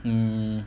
mm